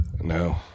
No